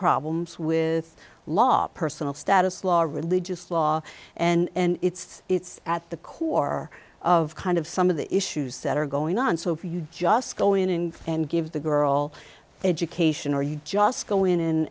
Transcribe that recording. problems with law personal status law or religious law and it's it's at the core of kind of some of the issues that are going on so if you just go in and give the girl education or you just go in and